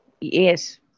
Yes